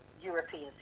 European